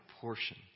portion